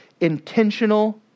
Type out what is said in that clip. intentional